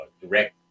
Direct